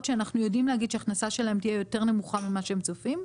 שאנחנו יודעים להגיד שההכנסה שלהם תהיה יותר נמוכה ממה שהם צופים.